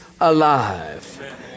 alive